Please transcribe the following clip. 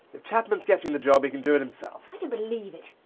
if chapman's getting the job, he can do it himself. i don't believe it!